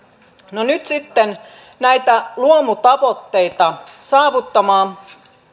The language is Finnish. no nyt sitten näitä luomutavoitteita saavuttamaan